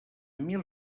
mil